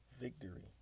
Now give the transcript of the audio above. victory